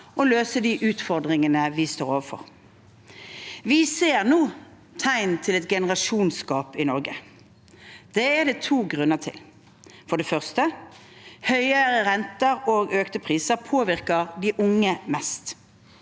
å løse de utfordringene vi står overfor. Vi ser nå tegn til et generasjonsgap i Norge. Det er det to grunner til. For det første: Høyere renter og økte priser påvirker de unge mest.